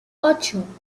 ocho